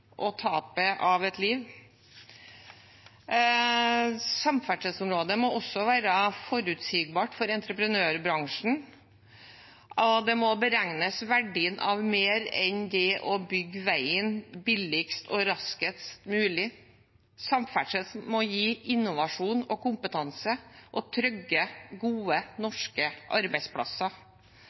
Samferdselsområdet må også være forutsigbart for entreprenørbransjen. Det må beregnes verdien av mer enn det å bygge veien billigst og raskest mulig. Samferdsel må gi innovasjon og kompetanse og trygge, gode, norske arbeidsplasser.